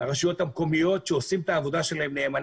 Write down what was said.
לרשויות המקומיות שעושות את העבודה שלהן נאמנה.